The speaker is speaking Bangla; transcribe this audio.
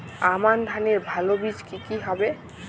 আমান ধানের ভালো বীজ কি কি হবে?